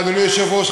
אדוני היושב-ראש,